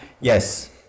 Yes